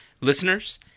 Listeners